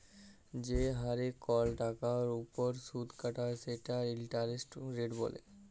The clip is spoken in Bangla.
যে হারে কল টাকার উপর সুদ কাটা হ্যয় সেটকে ইলটারেস্ট রেট ব্যলে